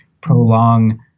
prolong